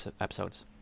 episodes